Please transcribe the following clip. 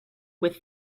with